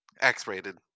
X-rated